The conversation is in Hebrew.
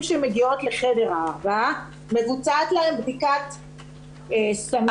שמגיעות לחדר 4 ומבוצעת להן בדיקת סמים